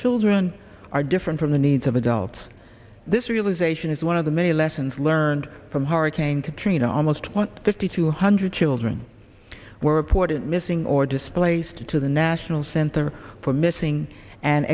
children are different from the needs of adults this realization is one of the many lessons learned from hurricane katrina almost want fifty two hundred children were reported missing or displaced to the national center for missing and